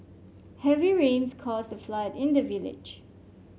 heavy rains caused a flood in the village